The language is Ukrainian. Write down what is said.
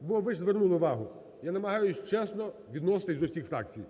Бо ви ж завернули увагу, я намагаюсь чесно відноситися до всіх фракцій.